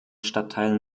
stadtteil